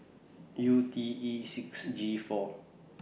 U T E six G four